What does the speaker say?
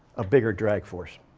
a bigger drag force.